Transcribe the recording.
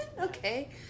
okay